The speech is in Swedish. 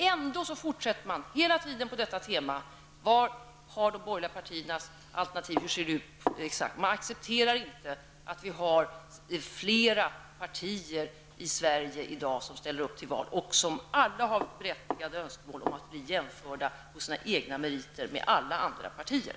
Ändå fortsätter man hela tiden på detta tema: Hur ser de borgerliga partiernas alternativ ut exakt? Man accepterar inte att vi har flera partier i Sverige i dag som ställer upp till val, och som alla har berättigade önskemål om att på sina egna meriter bli jämförda med alla andra partier.